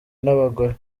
n’abagore